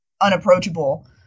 unapproachable